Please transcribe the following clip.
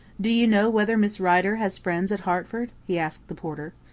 do you know whether miss rider has friends at hertford? he asked the porter.